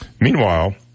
meanwhile